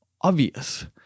obvious